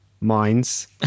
minds